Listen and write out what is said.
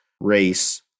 race